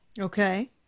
Okay